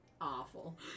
Awful